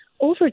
over